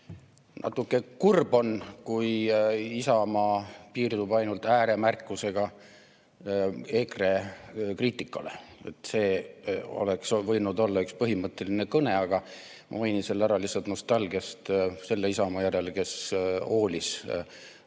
Natuke kurb on, kui Isamaa piirdub ainult ääremärkusega EKRE kriitikale. See oleks võinud olla üks põhimõtteline kõne. Aga ma mainin selle ära lihtsalt nostalgiast selle Isamaa järele, kes hoolis Eesti